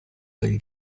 del